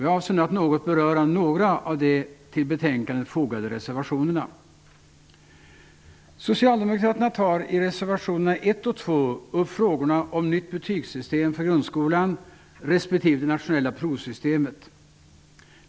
Jag avser nu att något beröra några av de reservationer som fogats till betänkandet. I reservation 1 och 2 tar Socialdemokraterna upp frågorna om ett nytt betygssystem för grundskolan respektive det nationella provsystemet.